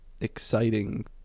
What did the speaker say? exciting